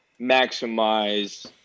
maximize